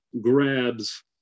grabs